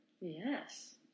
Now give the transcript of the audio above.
Yes